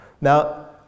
Now